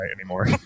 anymore